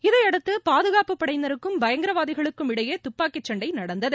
இதையடுத்து பாதுகாப்பு படையினருக்கும் பயங்கரவாதிகளுக்கும் இடையே துப்பாக்கி சண்டை நடந்தது